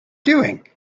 doing